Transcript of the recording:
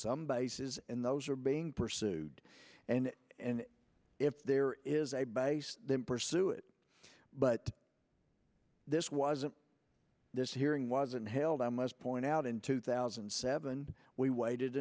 some bases in those are being pursued and and if there is a base then pursue it but this wasn't this hearing wasn't held i must point out in two thousand and seven we waited